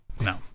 no